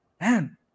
man